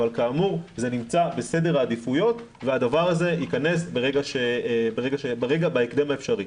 אבל כאמור זה נמצא בסדר העדיפויות והדבר הזה ייכנס בהקדם האפשרי.